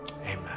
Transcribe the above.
amen